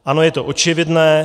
Ano, je to očividné.